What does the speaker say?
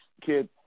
kid